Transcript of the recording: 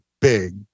big